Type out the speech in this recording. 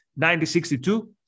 1962